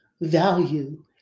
value